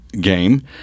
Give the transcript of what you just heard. game